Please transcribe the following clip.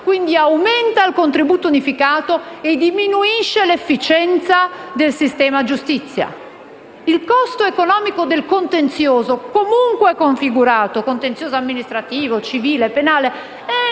(quindi aumenta il contributo unificato e diminuisce l'efficienza del sistema giustizia); il costo economico del contenzioso, comunque configurato (amministrativo, civile, penale)